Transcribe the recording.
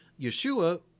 Yeshua